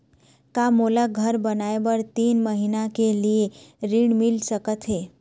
का मोला घर बनाए बर तीन महीना के लिए ऋण मिल सकत हे?